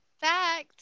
fact